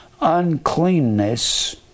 uncleanness